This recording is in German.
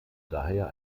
daher